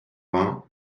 vingt